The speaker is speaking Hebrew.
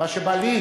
מה שבא לך.